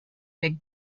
big